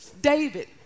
David